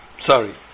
Sorry